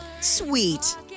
Sweet